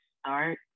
Start